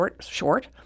short